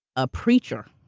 a preacher.